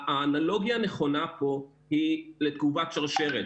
האנלוגיה הנכונה פה היא לתגובת שרשרת.